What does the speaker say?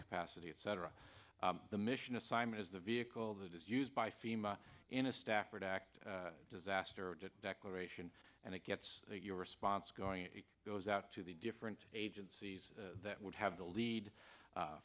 capacity etc the mission assignment is the vehicle that is used by fema in a stafford act disaster declaration and it gets your response going it goes out to the different agencies that would have the lead